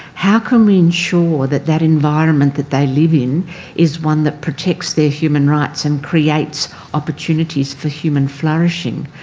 how can we ensure that that environment that they live in is one that protects their human rights and creates opportunities for human flourishing.